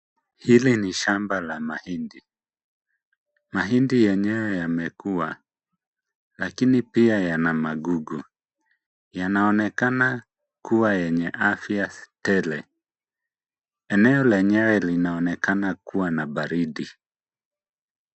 Hili ni shamba la mahindi. Mahindi yenyewe yamekua lakini pia yana magugu. Yanaonekana kuwa yenye afya tele. Eneo lenyewe linaonekana kuwa na baridi.